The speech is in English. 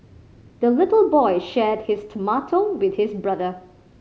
the little boy shared his tomato with his brother